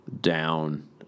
down